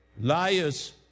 Liars